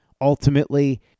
ultimately